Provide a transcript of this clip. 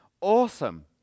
awesome